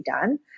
done